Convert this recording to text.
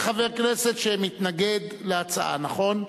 אין חבר כנסת שמתנגד להצעה, נכון?